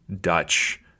Dutch